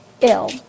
ill